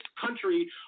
country